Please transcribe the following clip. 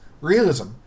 Realism